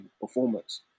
performance